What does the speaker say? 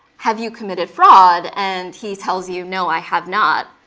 have you committed fraud? and he tells you, no, i have not,